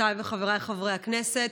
חברותיי וחבריי חברי הכנסת,